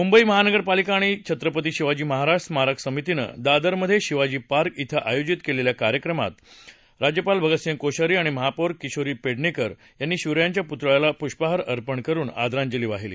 मुंबईत महानगरपालिका आणि छत्रपती शिवाजी महाराज स्मारक समितीनं दादरमधे शिवाजीपार्क इथं आयोजित केलेल्या कार्यक्रमात राज्यपाल भगतसिंग कोश्यारी आणि महापौर किशोरी पेडणेकर यांनी शिवरायांच्या पुतळ्याला पुष्पहार अर्पण करुन आदरांजली वाहिली